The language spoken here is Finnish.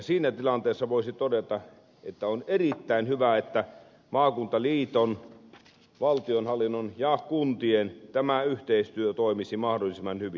siinä tilanteessa voisi todeta että on erittäin hyvä että maakuntaliiton valtionhallinnon ja kuntien yhteistyö toimisi mahdollisimman hyvin